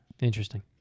Interesting